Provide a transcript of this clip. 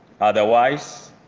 Otherwise